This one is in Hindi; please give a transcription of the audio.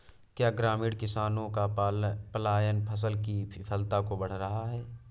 क्या ग्रामीण किसानों का पलायन फसल की विफलता को बढ़ा रहा है?